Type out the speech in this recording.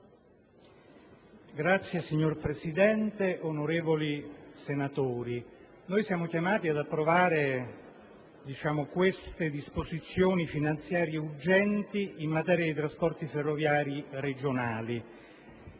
*(IdV)*. Signor Presidente, onorevoli senatori, siamo chiamati ad approvare queste disposizioni finanziarie urgenti in materia di trasporti ferroviari regionali.